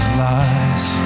lies